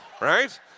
right